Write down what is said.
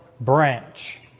branch